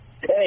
Hey